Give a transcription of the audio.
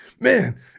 man